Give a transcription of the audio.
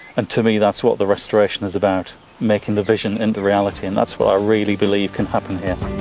and to me, that's what the restoration is about making the vision into reality, and that's what i really believe can happen here.